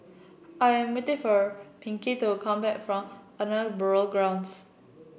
I am waiting for Pinkney to come back from Ahmadiyya Burial Grounds